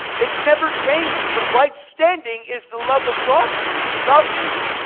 it's never changed, but right standing is the love of god for me. he loves me.